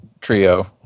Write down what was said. trio